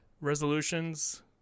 resolutions